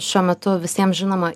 šiuo metu visiem žinoma